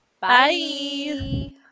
Bye